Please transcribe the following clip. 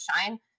shine